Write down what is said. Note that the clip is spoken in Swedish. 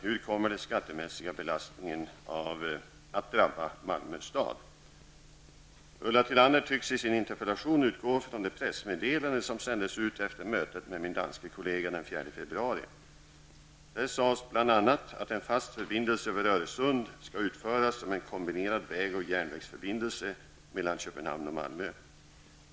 Hur kommer den skattemässiga belastningen att drabba Malmö stad? Ulla Tillander tycks i sin interpellation utgå från de pressmeddelande som sändes ut efter mötet med min danske kollega den 4 februari. Där sades bl.a. att en fast förbindelse över Öresund skall utföras som en kombinerad väg och järnvägsförbindelse mellan Köpenhamn och Malmö.